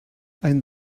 ein